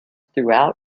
throughout